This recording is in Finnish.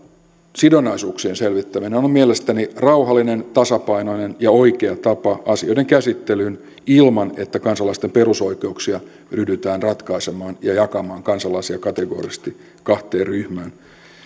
sidonnaisuuksien selvittäminen on on mielestäni rauhallinen tasapainoinen ja oikea tapa asioiden käsittelyyn ilman että kansalaisten perusoikeuksia ryhdytään ratkaisemaan ja jakamaan kansalaisia kategorisesti kahteen ryhmään